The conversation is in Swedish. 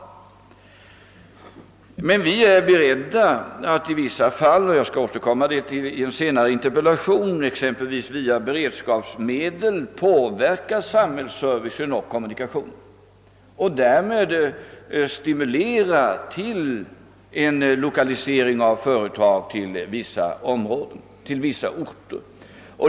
Vi är emellertid beredda att i vissa fall, t.ex. via beredskapsmedel, påverka samhällets service och kommunikationerna och därmed stimulera till en lokalisering av företag till vissa orter. Jag skall senare återkomma till det i svaret på en annan interpellation.